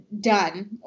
done